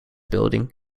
building